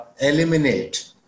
eliminate